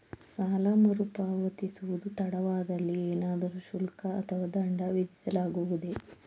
ಸಾಲ ಮರುಪಾವತಿಸುವುದು ತಡವಾದಲ್ಲಿ ಏನಾದರೂ ಶುಲ್ಕ ಅಥವಾ ದಂಡ ವಿಧಿಸಲಾಗುವುದೇ?